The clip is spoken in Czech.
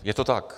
Je to tak.